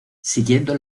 siguiendo